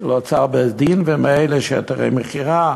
של אוצר בית-דין לאלה של היתרי מכירה,